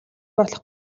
болох